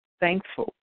thankful